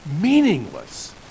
meaningless